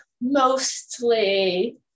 mostly